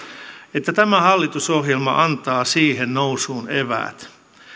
että tämä hallitusohjelma antaa siihen nousuun eväät